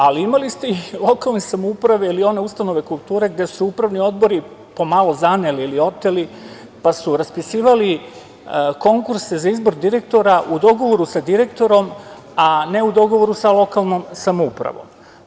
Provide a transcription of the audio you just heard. Ali, imali ste i lokalne samouprave ili one ustanove kulture gde su se upravni odbori po malo zaneli pa su raspisivali konkurse za izbor direktora u dogovoru sa direktorom, a ne u dogovoru sa lokalnom samoupravom.